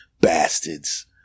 bastards